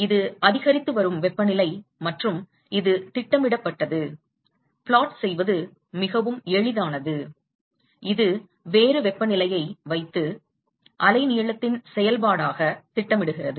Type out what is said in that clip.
இது அதிகரித்து வரும் வெப்பநிலை மற்றும் இது திட்டமிடப்பட்டது பிளாட் செய்வது மிகவும் எளிதானது இது வேறு வெப்பநிலையை வைத்து அலைநீளத்தின் செயல்பாடாக திட்டமிடுகிறது